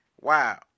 wow